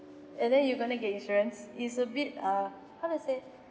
and then you gonna get insurance is a bit uh how to say